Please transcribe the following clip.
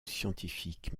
scientifiques